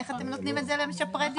איך אתם נותנים את זה למשפרי דיור?